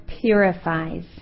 purifies